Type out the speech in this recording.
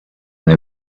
they